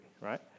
right